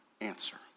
answer